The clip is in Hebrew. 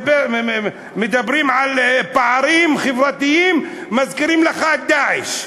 מדברים על פערים חברתיים, מזכירים לך את "דאעש".